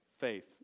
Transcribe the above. faith